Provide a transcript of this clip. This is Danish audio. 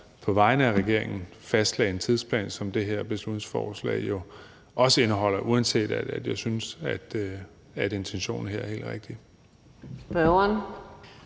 på vegne af regeringen fastlagde en tidsplan, som det her beslutningsforslag jo også indeholder, uanset at jeg synes, at intentionen her er helt rigtig.